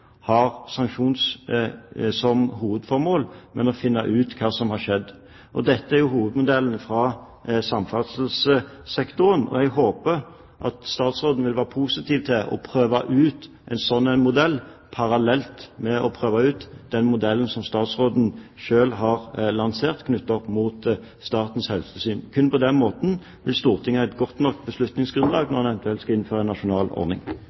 har sanksjoner som hovedformål, men å finne ut hva som har skjedd. Dette er jo hovedmodellen fra samferdselssektoren, og jeg håper at statsråden vil være positiv til å prøve ut en slik modell, parallelt med å prøve ut den modellen som statsråden selv har lansert knyttet opp mot Statens helsetilsyn. Kun på den måten vil Stortinget ha et godt nok beslutningsgrunnlag når en eventuelt skal innføre en nasjonal ordning.